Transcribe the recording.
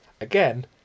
again